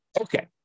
Okay